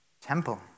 temple